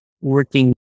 working